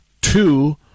two